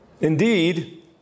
Indeed